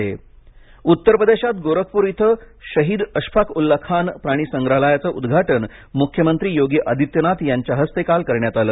गोरखपर प्राणी संग्रहालय उत्तर प्रदेशात गोरखपुर इथं शहीद अशफाक उल्ला खान प्राणी संग्रहालयाचं उद्घाटन मुख्यमंत्री योगी आदित्यनाथ यांच्या हस्ते काल करण्यात आलं